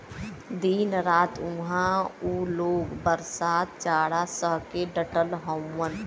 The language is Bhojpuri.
दिन रात उहां उ लोग बरसात जाड़ा सह के डटल हउवन